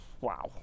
wow